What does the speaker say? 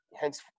hence